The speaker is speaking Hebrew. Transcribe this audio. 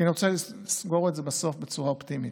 כי אני רוצה לסגור בסוף בצורה אופטימית